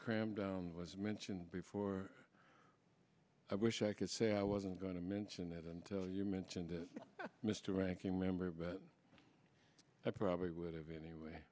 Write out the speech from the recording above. crammed was mentioned before i wish i could say i wasn't going to mention that until you mentioned mr ranking member but i probably would have anyway